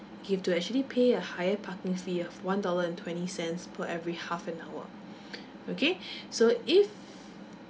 you've to actually pay a higher parking fee of one dollar and twenty cents per every half an hour okay so if